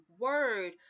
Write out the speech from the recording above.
word